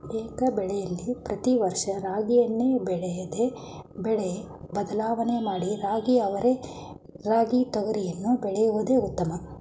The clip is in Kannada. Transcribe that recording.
ಏಕಬೆಳೆಲಿ ಪ್ರತಿ ವರ್ಷ ರಾಗಿಯನ್ನೇ ಬೆಳೆಯದೆ ಬೆಳೆ ಬದಲಾವಣೆ ಮಾಡಿ ರಾಗಿ ಅವರೆ ರಾಗಿ ತೊಗರಿಯನ್ನು ಬೆಳೆಯೋದು ಉತ್ತಮ